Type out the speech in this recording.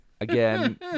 again